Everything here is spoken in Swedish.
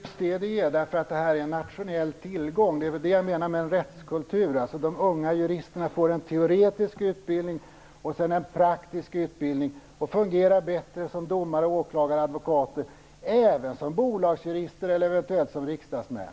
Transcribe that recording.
Herr talman! Det är just vad det är, eftersom det är en nationell tillgång! Det är det jag menar med en rättskultur. De unga juristerna får en teoretisk utbildning, och sedan en praktisk utbildning. De fungerar bättre som domare, åklagare, advokater och även som bolagsjurister eller eventuellt som riksdagsmän.